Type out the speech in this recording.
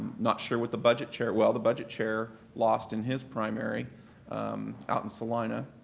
not sure what the budget chair well, the budget chair lost in his primary out in salina.